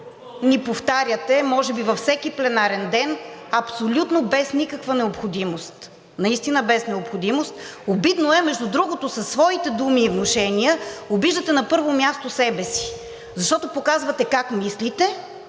ни повтаряте може би във всеки пленарен ден и без абсолютно никаква необходимост. Наистина без необходимост. Обидно е. Между другото, със своите думи и внушения обиждате, на първо място, себе си, защото показвате как мислите,